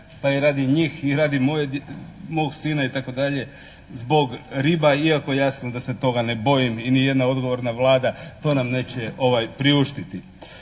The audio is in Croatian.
pa i radi njih i radi mog sina itd., zbog riba iako je jasno da se toga ne bojim i nijedna odgovorna Vlada to nam neće priuštiti.